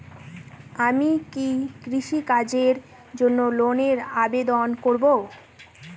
আমি কি কৃষিকাজের জন্য লোনের আবেদন করব?